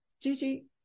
Gigi